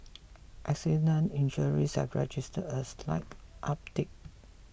accident injuries have registered a slight uptick